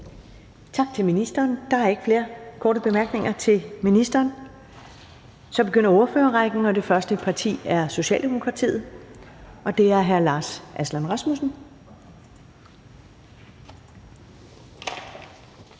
Tak til ministeren. Der er ikke flere korte bemærkninger til ministeren. Så begynder ordførerrækken, og det første parti er Socialdemokratiet, og det er hr. Lars Aslan Rasmussen.